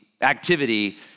activity